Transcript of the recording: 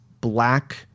black